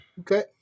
Okay